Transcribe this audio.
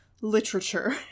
literature